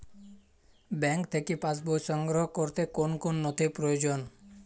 Bank থেকে pass বই সংগ্রহ করতে কোন কোন নথি প্রয়োজন?